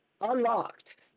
Unlocked